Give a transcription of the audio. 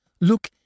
Look